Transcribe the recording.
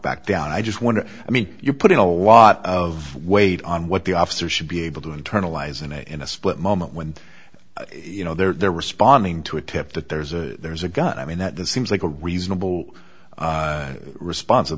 back down i just wonder i mean you put in a lot of weight on what the officer should be able to internalize and in a split moment when you know they're responding to a tip that there's a there's a gun i mean that the seems like a reasonable response of